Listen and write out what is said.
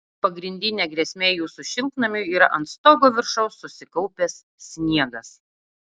pagrindinė grėsmė jūsų šiltnamiui yra ant stogo viršaus susikaupęs sniegas